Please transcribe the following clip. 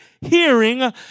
hearing